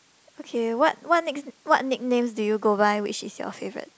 okay what what next what nicknames do you go by which is your favourite